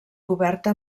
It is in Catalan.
coberta